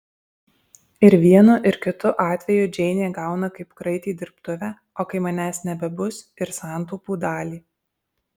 ir vienu ir kitu atveju džeinė gauna kaip kraitį dirbtuvę o kai manęs nebebus ir santaupų dalį